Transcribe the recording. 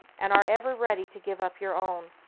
and are ever ready to give up your own?